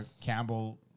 Campbell